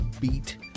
beat